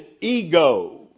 ego